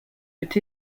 but